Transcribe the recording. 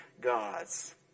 gods